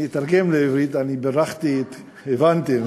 אני אתרגם לעברית: אני בירכתי, הבנו,